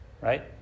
Right